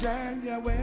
January